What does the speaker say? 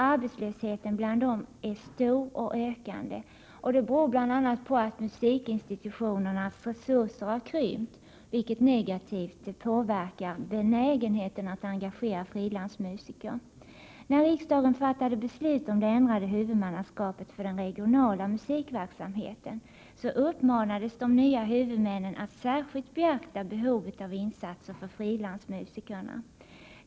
Arbetslösheten bland dem är stor och ökande. Detta beror bl.a. på att musikinstitutionernas resurser har krympt, vilket negativt påverkar benägenheten att engagera frilansmusiker. När riksdagen fattade beslut om det ändrade huvudmannaskapet för den regionala musikverksamheten, uppmanades de nya huvudmännen att särskilt beakta behovet av insatser för frilansmusikerna.